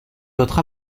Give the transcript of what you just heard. votre